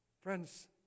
Friends